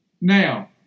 Now